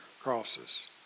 crosses